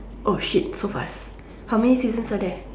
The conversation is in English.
shit so fast how many seasons are there